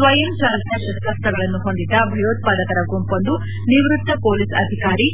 ಸ್ವಯಂಚಾಲಿತ ಶಸ್ತಾಸ್ತಗಳನ್ನು ಹೊಂದಿದ್ದ ಭಯೋತ್ವಾದಕರ ಗುಂಪೊಂದು ನಿವೃತ್ತ ಹೊಲೀಸ್ ಅಧಿಕಾರಿ